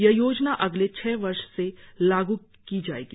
यह योजना अगले छह वर्ष में लागू की जाएगी